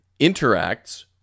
interacts